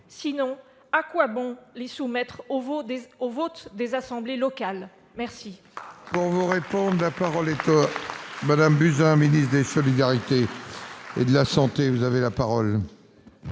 Sinon, à quoi bon les soumettre au vote des assemblées locales ? La